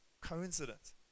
Coincidence